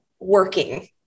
working